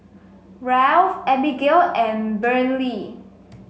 Ralph Abbigail and Brynlee